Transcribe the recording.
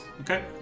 Okay